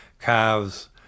calves